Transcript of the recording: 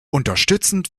unterstützend